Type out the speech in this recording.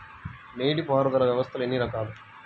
నీటిపారుదల వ్యవస్థలు ఎన్ని రకాలు?